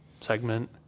segment